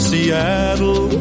Seattle